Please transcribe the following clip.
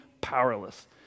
powerless